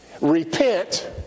Repent